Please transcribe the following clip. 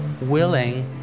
willing